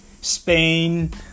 spain